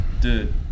Dude